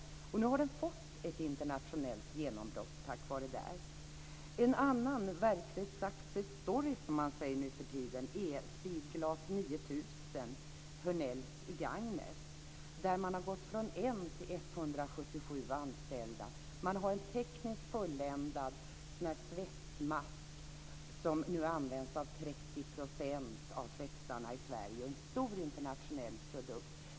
Nu har den tack vare detta fått ett internationellt genombrott. En annan verklig success story som man säger nu för tiden är Speedglas 9000, Hörnells i Gagnef. Man har gått från 1 till 177 anställda. Man har en tekniskt fulländad svetsmask som nu används av 30 % av svetsarna i Sverige och är en stor internationell produkt.